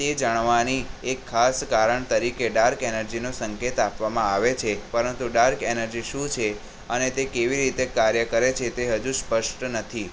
તે જાણવાની એક ખાસ કારણ તરીકે ડાર્ક એનર્જીનો સંકેત આપવામાં આવે છે પરંતુ ડાર્ક એનર્જી શું છે અને તે કેવી રીતે કાર્ય કરે છે હજુ સ્પષ્ટ નથી